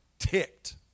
ticked